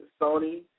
Sony